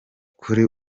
kuri